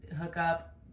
hookup